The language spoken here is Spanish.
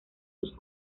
sus